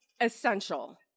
essential